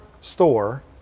store